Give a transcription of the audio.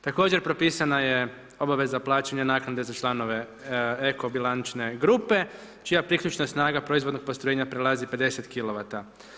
Također propisana je obaveza plaćanja naknada za članove eko bilančne grupe, čija priključna snaga proizvodnog postrojenja prelazi 50 kilovata.